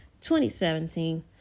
2017